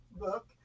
book